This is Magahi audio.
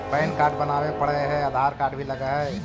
पैन कार्ड बनावे पडय है आधार कार्ड भी लगहै?